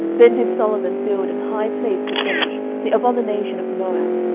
then did solomon build an high place for chemosh, the abomination of moab,